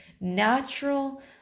natural